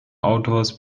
autors